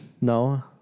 No